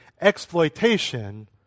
exploitation